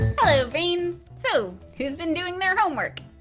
hello brains! so, who's been doing their homework?